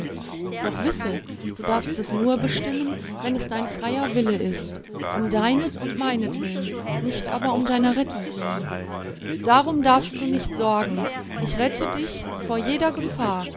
doch wisse du darfst es nur bestimmen wenn es dein freier wille ist um deinet und meinetwillen nicht aber um deiner rettung willen darum darfst du nicht sorgen ich rette dich vor jeder gefahr